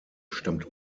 stammt